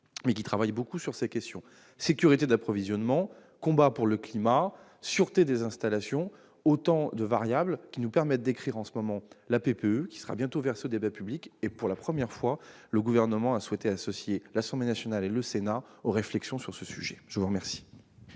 mais qui travaillent beaucoup sur ces questions. Sécurité d'approvisionnement, combat pour le climat, sûreté des installations, ce sont autant de variables prises en compte dans la rédaction, en cours, de la PPE, qui sera bientôt versée au débat public. Pour la première fois, le Gouvernement a souhaité associer l'Assemblée nationale et le Sénat aux réflexions sur ce sujet. La parole